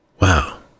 Wow